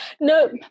No